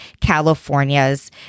California's